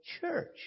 church